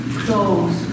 close